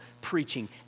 preaching